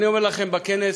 אני אומר לכם, בכנס,